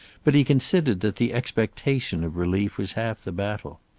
but he considered that the expectation of relief was half the battle.